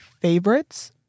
favorites